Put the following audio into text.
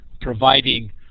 providing